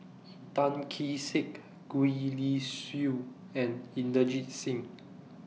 Tan Kee Sek Gwee Li Sui and Inderjit Singh